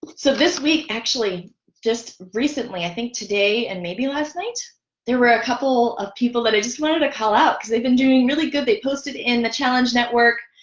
so this week actually just recently i think today and maybe last night there were a couple of people that i just wanted to call out they've been doing really good. they posted in the challenge network